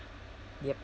yup